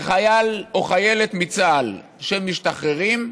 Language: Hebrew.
שחייל או חיילת בצה"ל שמשתחררים,